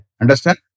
Understand